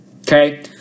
Okay